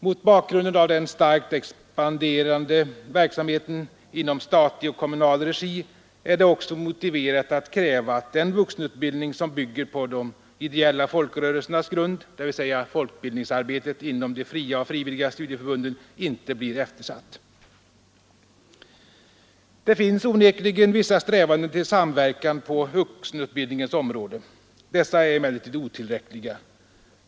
Mot bakgrunden av den starka expansionen av vuxenutbildning i statlig och kommunal regi är det också motiverat att kräva att den vuxenutbildning som bygger på de ideella folkrörelsernas grund, dvs. folkbildningsarbetet inom de fria och frivilliga studieförbunden, inte blir eftersatt. Det finns onekligen vissa strävanden till samverkan på vuxenutbildningens område. Dessa är emellertid otillräckliga.